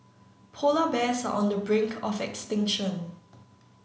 polar bears are on the brink of extinction